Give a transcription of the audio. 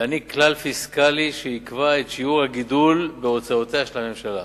להנהיג כלל פיסקלי שיקבע את שיעור הגידול בהוצאותיה של הממשלה.